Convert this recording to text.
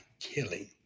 killing